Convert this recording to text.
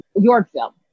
Yorkville